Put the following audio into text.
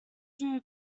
drew